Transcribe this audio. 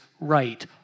right